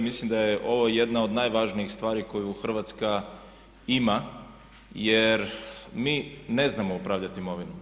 Mislim da je ovo jedna od najvažnijih stvari koju Hrvatska ima jer mi ne znamo upravljati imovinom.